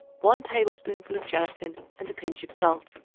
one tablespoonful of gelatin and a pinch of salt.